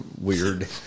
Weird